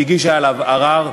שהיא הגישה עליו ערר,